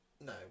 No